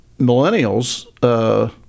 millennials